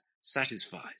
satisfies